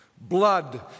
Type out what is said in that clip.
Blood